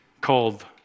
called